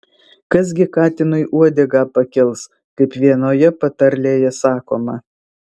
kas gi katinui uodegą pakels kaip vienoje patarlėje sakoma